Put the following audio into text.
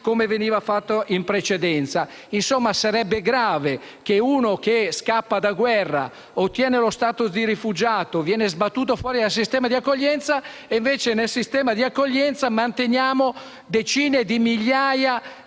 come veniva fatto in precedenza. Insomma sarebbe grave che chi scappa da guerre e ottiene lo stato di rifugiato, venga sbattuto fuori dal sistema di accoglienza e che invece, nello stesso sistema di accoglienza, vengano mantenuti decine di migliaia